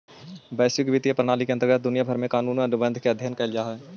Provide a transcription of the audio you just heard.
वैश्विक वित्तीय प्रणाली के अंतर्गत दुनिया भर के कानूनी अनुबंध के अध्ययन कैल जा हई